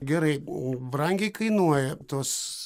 gerai o brangiai kainuoja tuos